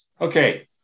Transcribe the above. Okay